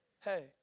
hey